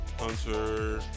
Hunter